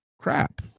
crap